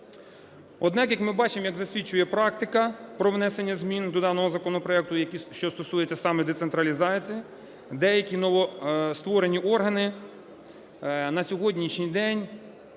Однак, як ми бачимо, як засвідчує практика про внесення змін до даного законопроекту, що стосуються саме децентралізації, деякі новостворені органи на сьогоднішній день